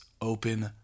open